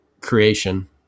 creation